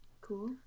cool